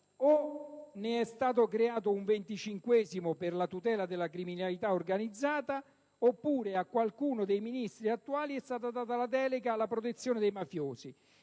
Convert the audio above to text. o è stato creato un venticinquesimo Ministero per la tutela della criminalità organizzata oppure a qualcuno dei Ministri attuali è stata data la delega alla protezione dei mafiosi.